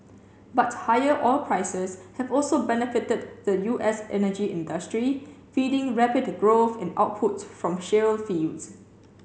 but higher oil prices have also benefited the U S energy industry feeding rapid growth in output from shale fields